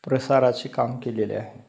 प्रसाराचे काम केलेले आहे